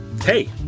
Hey